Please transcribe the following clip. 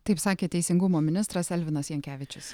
taip sakė teisingumo ministras elvinas jankevičius